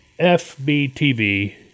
FBTV